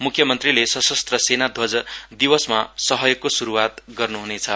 मुख्यमन्त्रीले सशस्त्र सेना ध्वज दिवसमा सहयोगको शुरूवात गर्नु हुनेछ